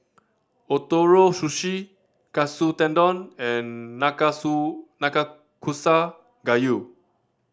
Ootoro Sushi Katsu Tendon and Nanakusa Gayu